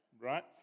right